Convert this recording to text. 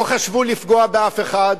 לא חשבו לפגוע באף אחד,